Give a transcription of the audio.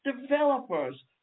Developers